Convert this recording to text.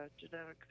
genetically